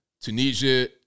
Tunisia